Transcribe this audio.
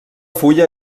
fulla